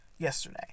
yesterday